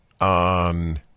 on